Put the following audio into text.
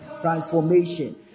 transformation